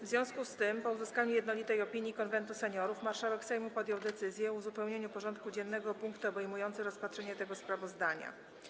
W związku z tym, po uzyskaniu jednolitej opinii Konwentu Seniorów, marszałek Sejmu podjął decyzję o uzupełnieniu porządku dziennego o punkt obejmujący rozpatrzenie tego sprawozdania.